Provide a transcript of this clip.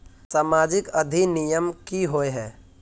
सामाजिक अधिनियम की होय है?